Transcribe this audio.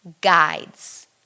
guides